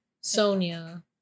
Sonia